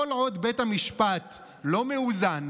כל עוד בית המשפט לא מאוזן,